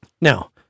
Now